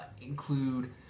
include